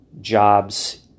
jobs